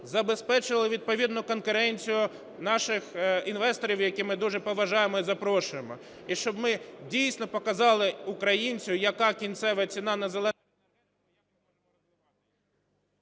забезпечили відповідну конкуренцію наших інвесторів, яких ми дуже поважаємо і запрошуємо, і щоб ми дійсно показали українцю, яка кінцева ціна на …